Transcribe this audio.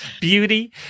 Beauty